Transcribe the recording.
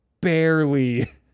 barely